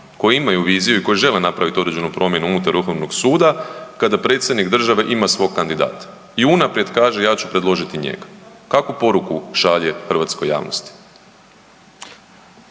koji imaju viziju i koji žele napravit određenu promjenu unutar vrhovnog suda kada predsjednik države ima svog kandidata i unaprijed kaže ja ću predložiti njega, kakvu poruku šalje hrvatskoj javnosti?